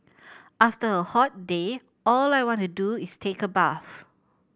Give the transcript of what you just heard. after a hot day all I want to do is take a bath